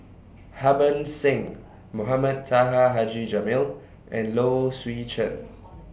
Harbans Singh Mohamed Taha Haji Jamil and Low Swee Chen